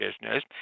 business